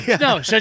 No